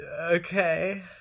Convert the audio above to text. Okay